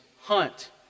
hunt